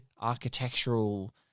architectural